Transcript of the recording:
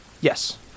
Yes